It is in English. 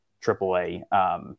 triple-A